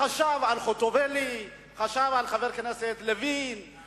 חשב על חוטובלי, חשב על חבר הכנסת לוין,